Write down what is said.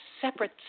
separate